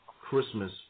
Christmas